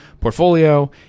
portfolio